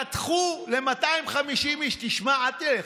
פתחו ל-250 איש, תשמע, אל תלך.